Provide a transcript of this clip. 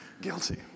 Guilty